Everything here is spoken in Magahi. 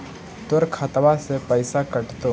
तोर खतबा से पैसा कटतो?